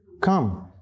come